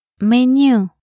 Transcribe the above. menu